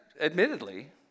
admittedly